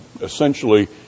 essentially